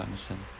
ya understand